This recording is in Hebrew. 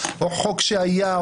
או חוק שהיה,